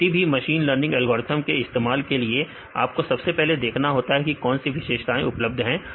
तो किसी भी मशीन लर्निंग एल्गोरिथ्म के इस्तेमाल के लिए आपको सबसे पहले देखना होता है कि कौन सी विशेषताएं उपलब्ध हैं